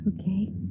Okay